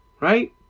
right